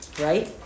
right